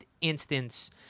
instance